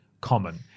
Common